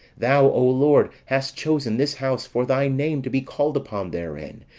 thou, o lord, hast chosen this house for thy name to be called upon therein,